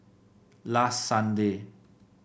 last Sunday